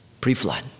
pre-flood